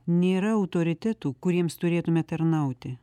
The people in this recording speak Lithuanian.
nėra autoritetų kuriems turėtume tarnauti